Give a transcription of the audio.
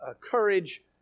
courage